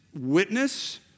witness